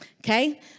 Okay